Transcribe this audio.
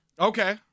Okay